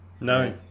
No